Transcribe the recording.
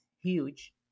huge